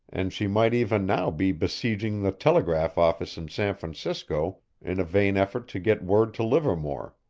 and she might even now be besieging the telegraph office in san francisco in a vain effort to get word to livermore.